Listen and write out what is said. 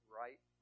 right